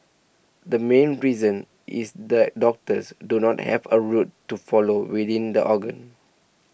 the main reason is that doctors do not have a route to follow within the organ